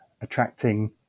attracting